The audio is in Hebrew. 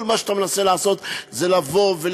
כל מה שאתה מנסה לעשות זה לקלקל,